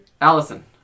Allison